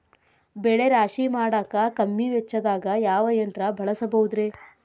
ಬೆಳೆ ರಾಶಿ ಮಾಡಾಕ ಕಮ್ಮಿ ವೆಚ್ಚದಾಗ ಯಾವ ಯಂತ್ರ ಬಳಸಬಹುದುರೇ?